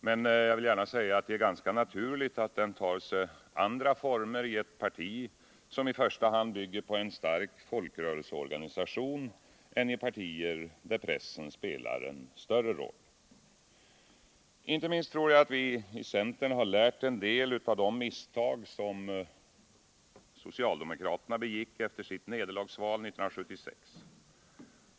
Men det är ganska naturligt att den tar sig andra former i ett parti som i första hand bygger på en stark folkrörelseorganisation än i partier där pressen spelar större roll. Inte minst tror jag att vi i centern har lärt en del av de misstag som socialdemokraterna begick efter sitt nederlagsval 1976.